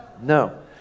No